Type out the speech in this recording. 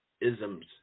Isms